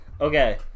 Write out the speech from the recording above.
okay